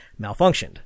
malfunctioned